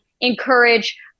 encourage